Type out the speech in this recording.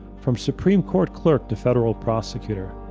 from supreme court clerk to federal prosecutor,